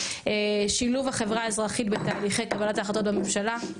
שילוב החברה האזרחית בתהליכי קבלת ההחלטות בממשלה.